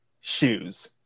Shoes